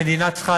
המדינה צריכה